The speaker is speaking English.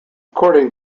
according